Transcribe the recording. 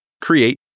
create